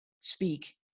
speak